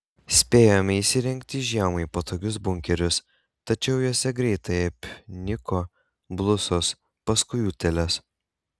spėjome įsirengti žiemai patogius bunkerius tačiau juose greitai apniko blusos paskui utėlės